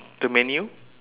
the menu